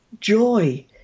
joy